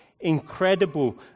incredible